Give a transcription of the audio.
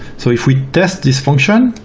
so if we test this function,